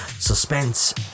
suspense